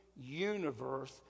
universe